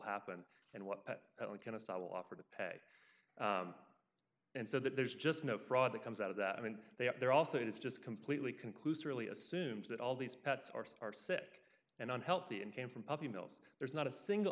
happen and what i will offer to pay and so that there's just no fraud that comes out of that i mean they are there also it is just completely conclusive really assumes that all these pets are are sick and unhealthy and came from puppy mills there's not a single